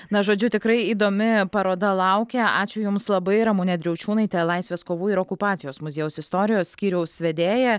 na žodžiu tikrai įdomi paroda laukia ačiū jums labai ramunė driaučiūnaitė laisvės kovų ir okupacijos muziejaus istorijos skyriaus vedėja